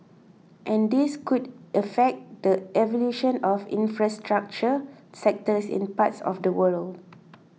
and this could affect the evolution of infrastructure sectors in parts of the world